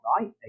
Right